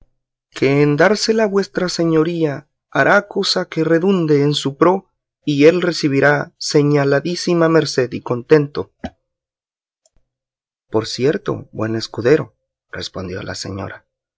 que en dársela vuestra señoría hará cosa que redunde en su pro y él recibirá señaladísima merced y contento por cierto buen escudero respondió la señora